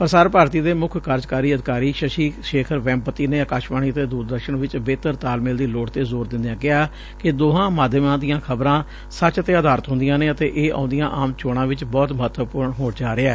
ਪ੍ਰਸਾਰ ਭਾਰਤੀ ਦੇ ਮੁੱਖ ਕਾਰਜਕਾਰੀ ਅਧਿਕਾਰੀ ਸ਼ਸ਼ੀ ਸ਼ੇਖਰ ਵੈ'ਪਤੀ ਨੇ ਅਕਾਸ਼ਵਾਣੀ ਅਤੇ ਦੂਰਦਰਸ਼ਨ ਵਿਚ ਬਿਹਤਰ ਤਾਲਮੇਲ ਦੀ ਲੋੜ ਤੇ ਜ਼ੋਰ ਦਿੰਦਿਆਂ ਕਿਹਾ ਕਿ ਦੋਹਾਂ ਮਾਧਿਆਮਾਂ ਦੀਆਂ ਖ਼ਬਰਾਂ ਸੱਚ ਤੇ ਆਧਾਰਿਤ ਹੁੰਦੀਆਂ ਨੇ ਅਤੇ ਇਹ ਆਉਂਦੀਆਂ ਆਮ ਚੋਣਾਂ ਵਿਚ ਬਹੁਤ ਮਹੱਤਵਪੁਰਨ ਹੋਣ ਜਾ ਰਿਹੈ